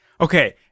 Okay